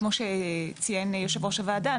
כפי שציין יושב-ראש הוועדה,